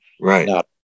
Right